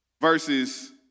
verses